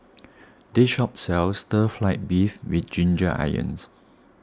this shop sells Stir Fried Beef with Ginger Onions